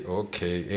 okay